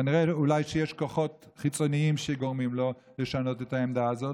כנראה שאולי יש כוחות חיצוניים שגורמים לו לשנות את העמדה הזאת,